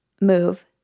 move